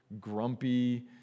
grumpy